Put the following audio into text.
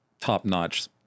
top-notch